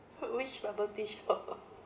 which bubble tea shop ah